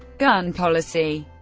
gun policy